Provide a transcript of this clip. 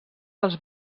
dels